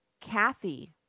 Kathy